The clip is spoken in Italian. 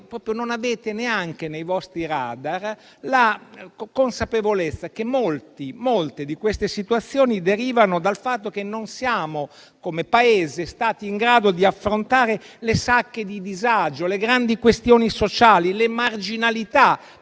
non avete proprio nei vostri radar la consapevolezza che molte di queste situazioni derivano dal fatto che non siamo stati, come Paese, in grado di affrontare le sacche di disagio, le grandi questioni sociali, le marginalità